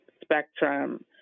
spectrum